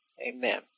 Amen